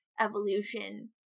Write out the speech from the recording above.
evolution